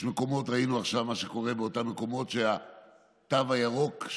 ראינו עכשיו מה קורה באותם מקומות עם התו הירוק,